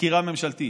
חקירה ממשלתית,